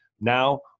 Now